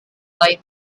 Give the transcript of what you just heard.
life